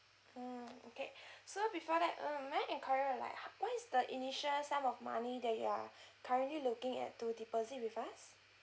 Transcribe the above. mm okay so before that mm may I inquire like what is the initial sum of money that you're currently looking at to deposit with us